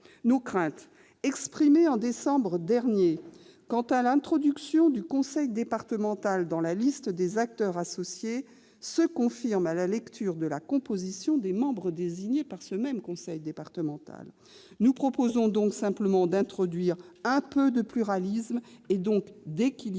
Nos craintes, exprimées en décembre dernier, quant à l'introduction du conseil départemental dans la liste des acteurs associés, se confirment à la lecture de la composition des membres désignés par ce même conseil. Nous proposons donc d'introduire un peu de « pluralisme », et donc d'équilibre,